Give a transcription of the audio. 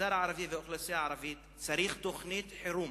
המגזר הערבי והאוכלוסייה הערבית צריכים תוכנית חירום,